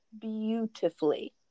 beautifully